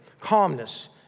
Calmness